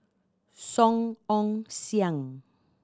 Song Ong Siang